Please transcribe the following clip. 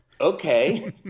Okay